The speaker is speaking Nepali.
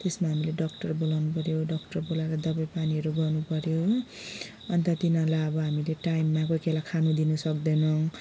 त्यसमा हामीले डक्टर बोलाउनु पऱ्यो डक्टर बोलाएर दबाई पानीहरू गर्नु पऱ्यो हो अन्त तिनीहरूलाई अब हामीले टाइममा कोही कोही बेला खानु दिनु सक्दैन